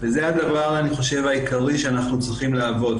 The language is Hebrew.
וזה הדבר העיקרי שאנחנו צריכים לעבוד.